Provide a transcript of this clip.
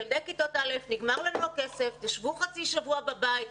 זהו, נגמר לנו הכסף, תשבו חצי שבוע בבית.